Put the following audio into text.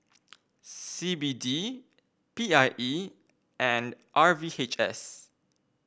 C B D P I E and R V H S